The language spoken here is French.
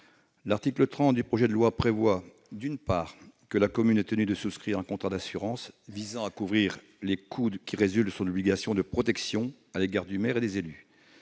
L'article 30 du projet de loi prévoit, d'une part, que la commune est tenue de souscrire un contrat d'assurance visant à couvrir les coûts qui résultent de son obligation de protection à l'égard du maire et des élus